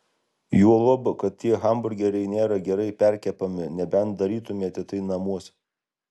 juolab kad tie hamburgeriai nėra gerai perkepami nebent darytumėte tai namuose